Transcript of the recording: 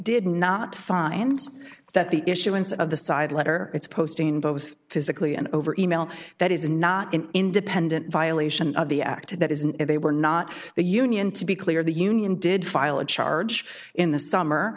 did not find that the issuance of the side letter it's postin both physically and over e mail that is not an independent violation of the act that is and they were not the union to be clear the union did file a charge in the summer